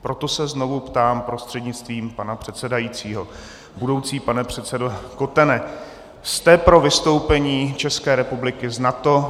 Proto se znovu ptám prostřednictvím pana předsedajícího: Budoucí pane předsedo Kotene, jste pro vystoupení České republiky z NATO?